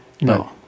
No